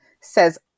says